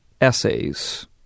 essays